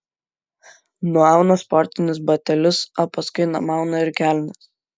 nuauna sportinius batelius o paskui numauna ir kelnes